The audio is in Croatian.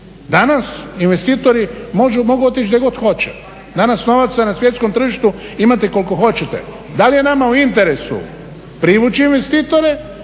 Danas investitori mogu otići gdje god hoće. Danas novaca na svjetskom tržištu imate koliko hoćete. Da li je nama u interesu privući investitore